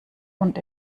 und